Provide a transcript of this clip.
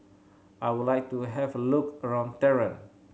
I would like to have a look around Tehran